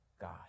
God